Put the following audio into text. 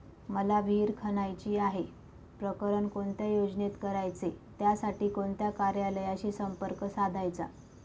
मला विहिर खणायची आहे, प्रकरण कोणत्या योजनेत करायचे त्यासाठी कोणत्या कार्यालयाशी संपर्क साधायचा?